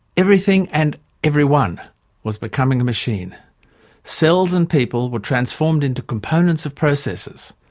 everything and everyone was becoming a machine cells and people were transformed into components of processes.